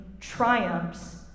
triumphs